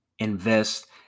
Invest